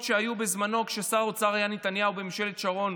שהיו בזמנו כששר האוצר היה נתניהו בממשלת שרון,